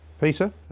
Peter